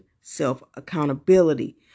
self-accountability